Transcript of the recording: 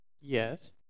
Yes